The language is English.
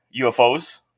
UFOs